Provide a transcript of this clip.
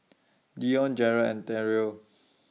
Dione Jerrod and Terrill